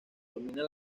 domina